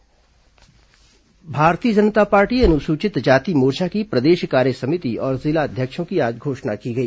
भाजपा अजाज मोर्चा भारतीय जनता पार्टी अनुसूचित जाति मोर्चा की प्रदेश कार्यसमिति और जिला अध्यक्षों की आज घोषणा की गई